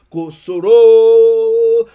Kosoro